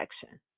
section